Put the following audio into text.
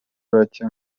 bacye